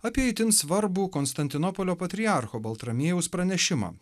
apie itin svarbų konstantinopolio patriarcho baltramiejaus pranešimą